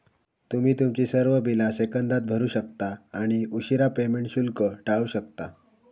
तुम्ही तुमची सर्व बिला सेकंदात भरू शकता आणि उशीरा पेमेंट शुल्क टाळू शकता